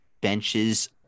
benches